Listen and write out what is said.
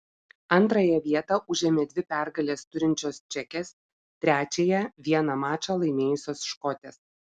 antrąją vietą užėmė dvi pergales turinčios čekės trečiąją vieną mačą laimėjusios škotės